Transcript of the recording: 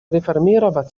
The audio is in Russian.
реформировать